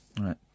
Right